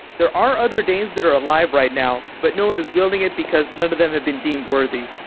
there are other daynes that are alive right now, but no one is wielding it, because none of them have been deemed worthy.